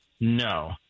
No